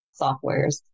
softwares